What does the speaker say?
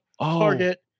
Target